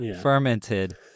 fermented